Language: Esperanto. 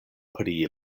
pri